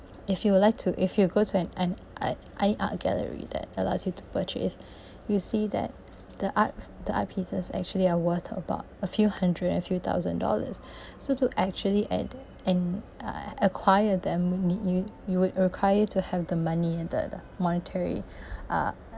if you would like to if you go to an an any art gallery that allows you to purchase you see that the art the art pieces actually are worth about a few hundred and a few thousand dollars so to actually and and uh acquire them we need you you would require to have the money the the monetary uh